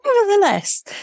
nevertheless